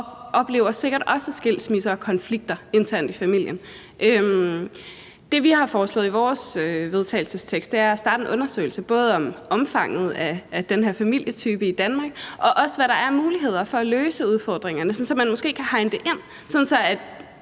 og oplever sikkert også skilsmisser og konflikter internt i familien. Det, vi har foreslået i vores vedtagelsestekst, er at starte en undersøgelse, både om omfanget af den her familietype i Danmark, og også om, hvad der er af muligheder for at løse udfordringerne, så man måske kan hegne det ind,